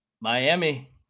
Miami